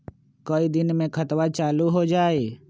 कई दिन मे खतबा चालु हो जाई?